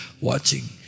watching